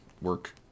work